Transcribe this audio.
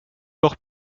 encore